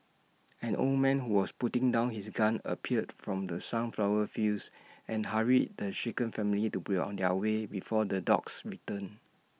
an old man who was putting down his gun appeared from the sunflower fields and hurried the shaken family to be on their way before the dogs return